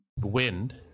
Wind